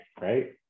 right